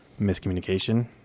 miscommunication